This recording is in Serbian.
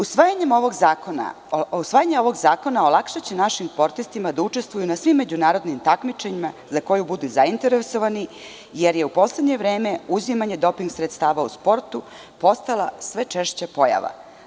Usvajanje ovog zakona olakšaće našim sportistima da učestvuju na svim međunarodnim takmičenjima za koje budu zainteresovani, jer je u poslednje vreme uzimanje doping sredstava u sportu postala sve češća pojava.